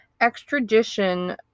extradition